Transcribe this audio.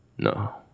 No